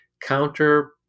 counter